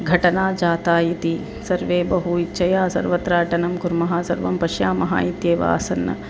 घटना जाता इति सर्वे बहु इच्छया सर्वत्र अटनं कुर्मः सर्वं पश्यामः इत्येव आसन्